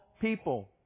people